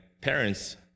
parents